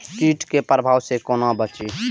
कीट के प्रभाव से कोना बचीं?